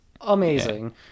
amazing